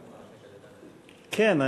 כן,